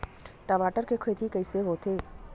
टमाटर के खेती कइसे होथे?